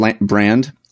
brand